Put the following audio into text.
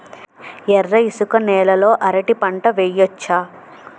ఎర్ర ఇసుక నేల లో అరటి పంట వెయ్యచ్చా?